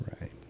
Right